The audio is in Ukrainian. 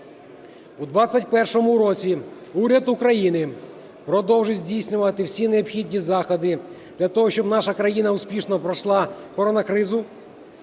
У 2021 році уряд України продовжить здійснювати всі необхідні заходи для того, щоб наша країна успішно пройшла коронакризу,